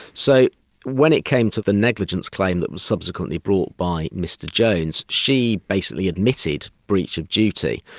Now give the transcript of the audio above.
so when it came to the negligence claim that was subsequently brought by mr jones, she basically admitted breach of duty,